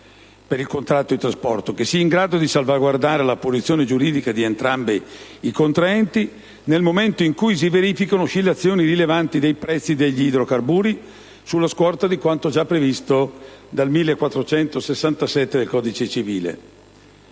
per il contratto di trasporto che sia in grado di salvaguardare la posizione giuridica di entrambi i contraenti nel momento in cui si verifichino oscillazioni rilevanti dei prezzi degli idrocarburi, sulla scorta di quanto previsto dall'articolo 1467 del codice civile.